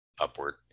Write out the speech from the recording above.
upward